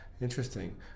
Interesting